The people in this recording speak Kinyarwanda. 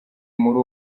muri